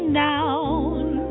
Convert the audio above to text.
down